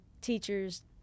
teachers